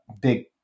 big